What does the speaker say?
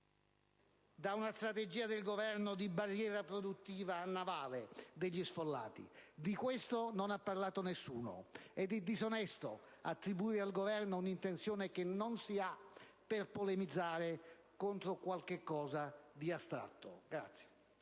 da una strategia del Governo di barriera protettiva navale degli sfollati. Di questo non ha parlato nessuno, ed è disonesto attribuire al Governo un'intenzione che non ha per polemizzare contro qualcosa di astratto.